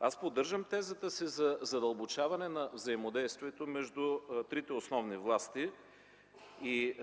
аз поддържам тезата си за задълбочаване на взаимодействието между трите основни власти и